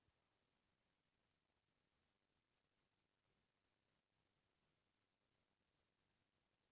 धान मिसे बर दउरी, बेलन अऊ थ्रेसर ले बढ़िया अऊ कोनो मशीन हावे का?